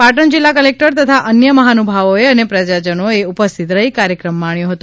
પાટણ જિલ્લા કલેક્ટર તથા અન્ય મહાનુભાવોએ અને પ્રજાજનોએ ઉપસ્થિત રહી કાર્યક્રમ માણ્યો હતો